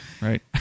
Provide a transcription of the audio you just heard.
Right